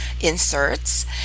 inserts